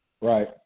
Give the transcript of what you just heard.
Right